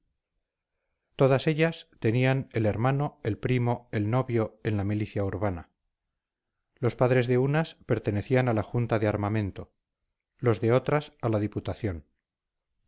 todas ellas tenían el hermano el primo el novio en la milicia urbana los padres de unas pertenecían a la junta de armamento los de otras a la diputación